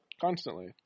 Constantly